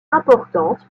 importante